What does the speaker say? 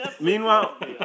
Meanwhile